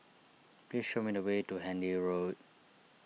please show me the way to Handy Road